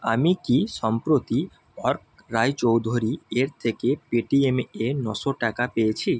আমি কি সম্প্রতি অর্ক রায়চৌধুরী এর থেকে পেটিএম এ নশো টাকা পেয়েছি